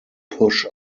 push